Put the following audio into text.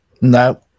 No